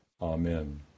Amen